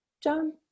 john